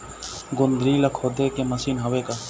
गोंदली ला खोदे के मशीन हावे का?